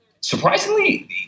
surprisingly